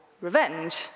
revenge